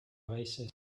oasis